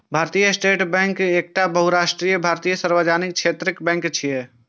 भारतीय state bank एकटा बहुराष्ट्रीय भारतीय सार्वजनिक क्षेत्रक बैंक छियै